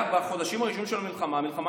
בחודשים הראשונים של המלחמה,